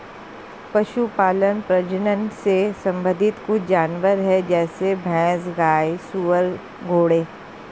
पशुपालन प्रजनन से संबंधित कुछ जानवर है जैसे भैंस, गाय, सुअर, घोड़े